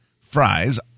Fries